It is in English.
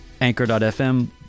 anchor.fm